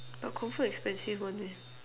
but confirm expensive one leh